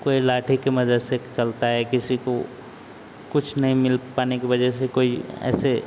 कोई लाठी की मदद से चलता है किसी को कुछ नहीं मिल पाने की वजह से कोई ऐसे